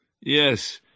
Yes